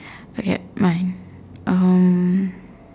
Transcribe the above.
okay mine um